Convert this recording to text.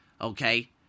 okay